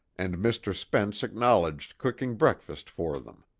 and mr. spence acknowledged cooking breakfast for them.